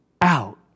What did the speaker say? out